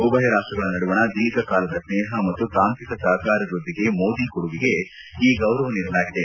ಉಭಯ ರಾಷ್ಟಗಳ ನಡುವಣ ದೀರ್ಘಕಾಲದ ಸ್ನೇಪ ಮತ್ತು ತಾಂತ್ರಿಕ ಸಹಕಾರ ವೃದ್ಧಿಗೆ ಮೋದಿ ಕೊಡುಗೆಗೆ ಈ ಗೌರವ ನೀಡಲಾಗಿದೆ